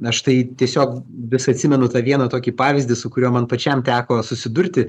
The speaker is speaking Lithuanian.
aš tai tiesiog vis atsimenu tą vieną tokį pavyzdį su kuriuo man pačiam teko susidurti